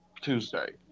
Tuesday